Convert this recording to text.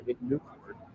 Newport